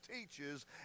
teaches